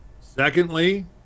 Secondly